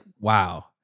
wow